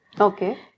Okay